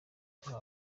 duha